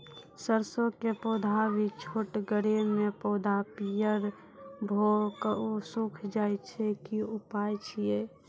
सरसों के पौधा भी छोटगरे मे पौधा पीयर भो कऽ सूख जाय छै, की उपाय छियै?